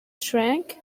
shrank